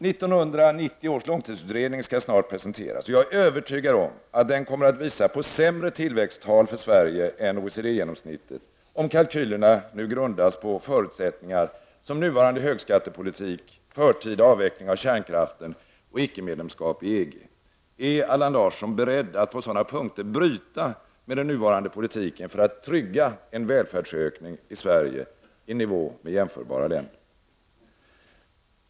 1990 års långtidsutredning skall snart presenteras. Jag är övertygad att den kommer att visa på sämre tillväxttal för Sverige än OECD-genomsnittet, om kalkylerna grundas på förutsättningar som nuvarande högskattepolitik, förtida avveckling av kärnkraften och icke medlemskap i EG. Är Allan Larsson beredd att på sådana punkter bryta med den nuvarande politiken för att trygga en välfärdsökning i Sverige i nivå med den i jämförbara länder?